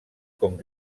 com